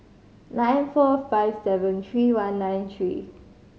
nine four five seven three one nine three